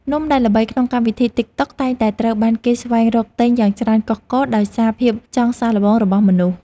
នំដែលល្បីក្នុងកម្មវិធីទីកតុកតែងតែត្រូវបានគេស្វែងរកទិញយ៉ាងច្រើនកុះករដោយសារភាពចង់សាកល្បងរបស់មនុស្ស។